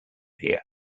here